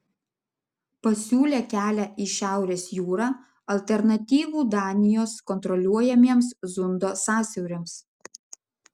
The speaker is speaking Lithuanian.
pasiūlė kelią į šiaurės jūrą alternatyvų danijos kontroliuojamiems zundo sąsiauriams